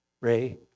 Ray